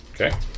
Okay